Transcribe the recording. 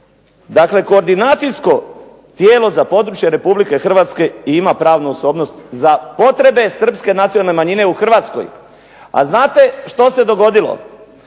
je koordinacijsko tijelo za područje Republike Hrvatske i ima pravnu osobnost za potrebe Srpske nacionalne manjine u Hrvatskoj. A znate što se dogodilo,